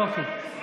אוקיי.